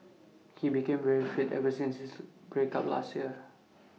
he became very fit ever since his break up last year